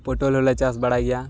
ᱯᱚᱴᱚᱞ ᱦᱚᱞᱮ ᱪᱟᱥ ᱵᱟᱲᱟᱭ ᱜᱮᱭᱟ